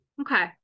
Okay